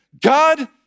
God